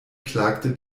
klagte